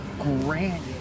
Granted